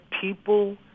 people